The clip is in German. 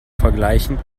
vergleichen